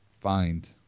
find